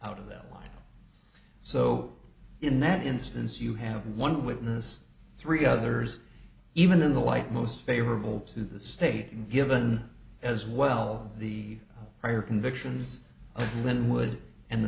out of that so in that instance you have one witness three others even in the light most favorable to the state and given as well the prior convictions of linwood and the